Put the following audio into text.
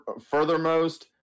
furthermost